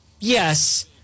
Yes